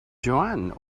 joanne